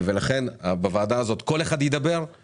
לבוא ולהגיד שזה מוצר גמילה זה פשוט שקר,